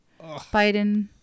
Biden